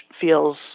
feels